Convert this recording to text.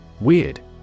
WEIRD